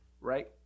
Right